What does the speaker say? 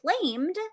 claimed